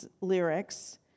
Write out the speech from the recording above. lyrics